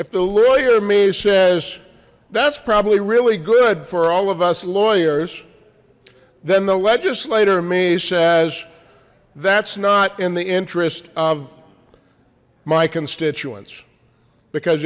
if the lawyer me says that's probably really good for all of us lawyers then the legislature may says that's not in the interest of my constituents because